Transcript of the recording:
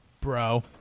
Bro